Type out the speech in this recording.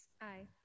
Aye